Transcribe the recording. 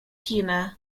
humor